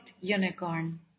unicorn